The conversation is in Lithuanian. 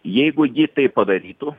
jeigu ji tai padarytų